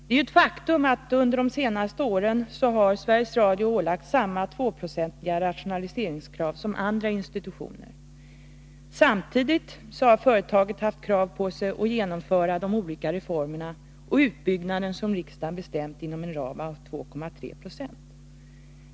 Det är ett faktum att Sveriges Radio under de senaste åren har ålagts samma 2-procentiga rationaliseringskrav som andra institutioner. Samtidigt har företaget haft kravet på sig att genomföra de olika reformerna och utbyggnaden som riksdagen bestämt inom en ram av 2,3 90.